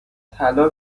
طلا